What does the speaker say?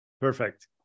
Perfect